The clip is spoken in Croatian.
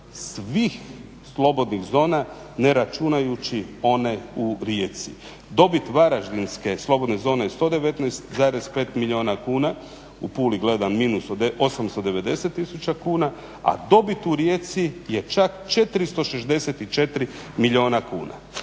svih slobodnih zona ne računajući one u Rijeci. Dobit varaždinske slobodne zone je 119,5 milijuna kuna. U Puli gledam minus od 890 tisuća kuna, a dobit u Rijeci je čak 464 milijuna kuna.